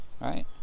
Right